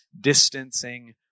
distancing